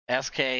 SK